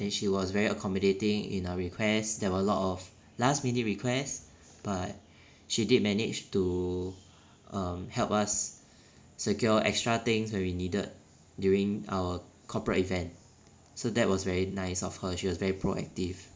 then she was very accommodating in our request there were a lot of last minute requests but she did managed to help us secure extra things when we needed during our corporate event so that was very nice of her she was very proactive